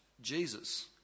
Jesus